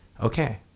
okay